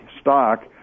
stock